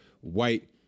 white